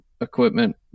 equipment